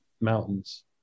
Mountains